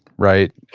right?